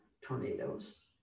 tornadoes